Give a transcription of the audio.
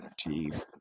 chief